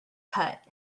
cut